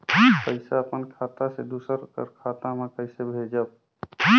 पइसा अपन खाता से दूसर कर खाता म कइसे भेजब?